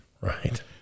Right